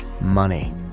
money